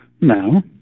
No